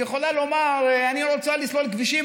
היא יכולה לומר: אני רוצה לסלול כבישים,